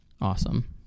Awesome